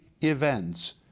events